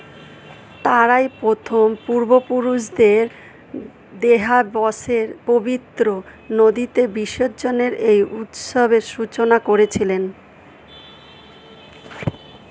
তাঁরাই প্রথম পূর্বপুরুষদের দেহাবশেষের পবিত্র নদীতে বিসর্জনের এই উৎসবের সূচনা করেছিলেন